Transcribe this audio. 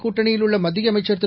கூட்டணியிலுள்ள மத்திய அமைச்சர் திரு